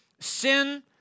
sin